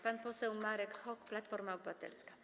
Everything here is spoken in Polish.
Pan poseł Marek Hok, Platforma Obywatelska.